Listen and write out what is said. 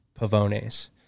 Pavones